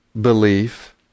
belief